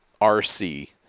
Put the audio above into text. RC